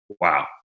Wow